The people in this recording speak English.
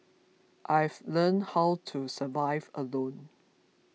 I've learnt how to survive alone